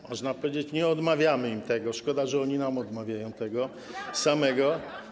Można powiedzieć: nie odmawiamy im tego, szkoda, że oni nam odmawiają tego samego.